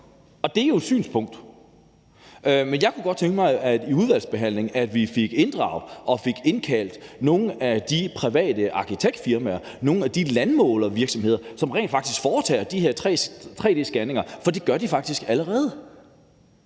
Det er jo et synspunkt. Men jeg kunne godt tænke mig, at vi i udvalgsbehandlingen fik inddraget og indkaldt nogle af de private arkitektfirmaer, nogle af de landmålervirksomheder, som rent faktisk foretager de her tre-d-scanninger, for det gør de allerede.